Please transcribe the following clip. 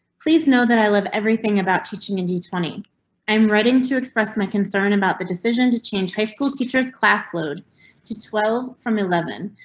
please know that i love everything about teaching in the twenty i'm writing to express my concern about the decision to change high school teachers class load to twelve from eleven,